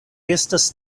estas